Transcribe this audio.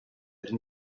این